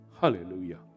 Hallelujah